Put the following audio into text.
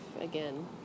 again